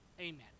Amen